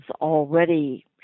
already